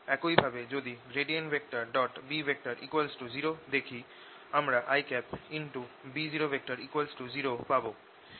একই ভাবে যদি B 0 দেখি আমরা i B00 পাবো